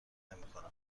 نمیکنم